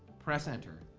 press enter,